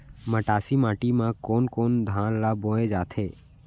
मटासी माटी मा कोन कोन धान ला बोये जाथे?